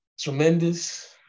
tremendous